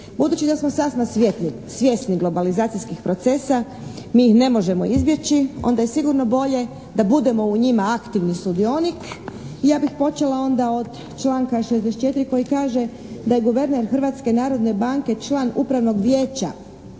Budući da smo sasma svjesni globalizacijskih procesa mi ih ne možemo izbjeći onda je sigurno bolje da budemo u njima aktivni sudionik. I ja bih počela onda od članka 64. koji kaže da je guverner Hrvatske narodne banke član Upravnog vijeća